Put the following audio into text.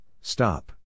stop